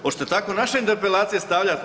Hoćete li tako naše interpelacije stavljati?